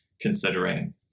considering